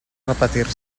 repetir